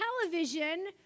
television